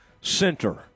center